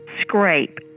scrape